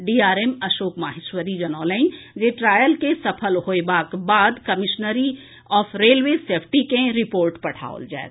DRM Ashok Maheshwari जनौलनि जे trial के सफल होयबाक बाद कमिश्नर ऑफ रेलवे सेफ्टी के रिपोर्ट पठाओल जायत